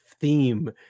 theme